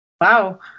Wow